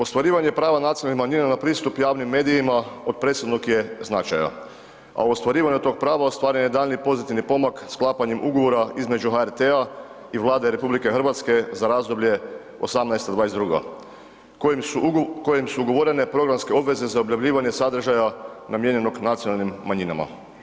Ostvarivanje prava nacionalnih manjina na pristup javnim medijima od presudnog je značaja a ostvarivanje tog prava ostvaren je daljnji i pozitivni pomak sklapanjem ugovora između HRT-a i Vlade RH za razdoblje 2018.-2022. kojim su ugovorene programske obaveze za objavljivanje sadržaja namijenjenog nacionalnim manjinama.